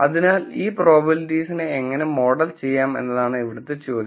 അതിനാൽ ഈ പ്രോബബിലിറ്റീസിനെ എങ്ങനെ മോഡൽ ചെയ്യാം എന്നതാണ് ഇവിടത്തെ ചോദ്യം